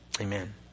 Amen